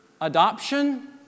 adoption